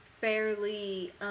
fairly